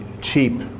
cheap